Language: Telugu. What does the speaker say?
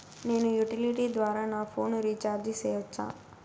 నేను యుటిలిటీ ద్వారా నా ఫోను రీచార్జి సేయొచ్చా?